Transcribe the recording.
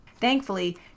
Thankfully